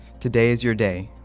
today is your day.